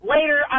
Later